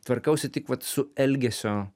tvarkausi tik vat su elgesio